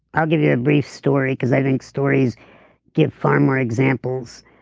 i'll give you a brief story because i think stories give far more examples